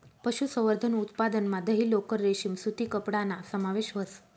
पशुसंवर्धन उत्पादनमा दही, लोकर, रेशीम सूती कपडाना समावेश व्हस